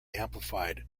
amplified